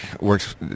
works